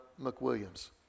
McWilliams